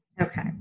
Okay